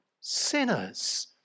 sinners